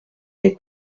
des